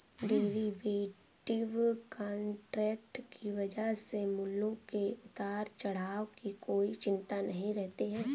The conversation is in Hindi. डेरीवेटिव कॉन्ट्रैक्ट की वजह से मूल्यों के उतार चढ़ाव की कोई चिंता नहीं रहती है